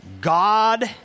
God